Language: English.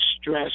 stress